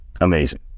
Amazing